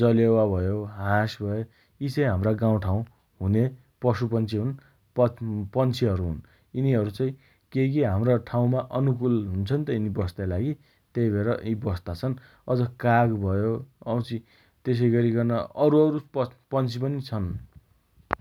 जलेवा भयो, हाँस भयो । यी चाइ हम्रा गाउँठाउँ हुने पशुपंक्षि हुन् । पत् पंक्षिहरु हुन् । यीनिहरु चै केइकी हम्रा ठाउँमा अनुकुल हुन्छन् त यीनि बस्ताइ लागि तेइ भएर यी बस्ता छन् । अझ काग भयो, वाउँछि तेसइगरिकन अरुअरु पक्ष् पंक्षि पनि छन् ।